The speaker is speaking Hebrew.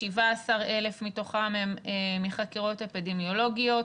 17,000 מתוכם הם מחקירות אפידמיולוגיות.